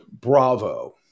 Bravo